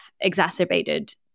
exacerbated